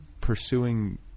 pursuing